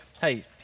Hey